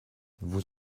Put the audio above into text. vous